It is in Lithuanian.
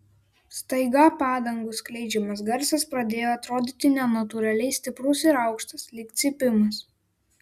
staiga padangų skleidžiamas garsas pradėjo atrodyti nenatūraliai stiprus ir aukštas lyg cypimas